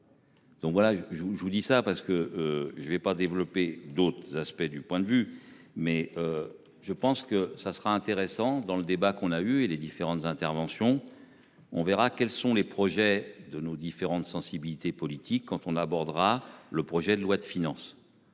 Donc voilà je vous je vous dis ça parce que je ne vais pas développer d'autres aspects du point de vue mais. Je pense que ça sera intéressant dans le débat qu'on a eu et les différentes interventions. On verra quels sont les projets de nos différentes sensibilités politiques quand on abordera le projet de loi de finances.